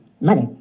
mother